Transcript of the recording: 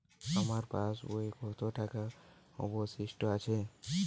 আমার পাশ বইয়ে কতো টাকা অবশিষ্ট আছে?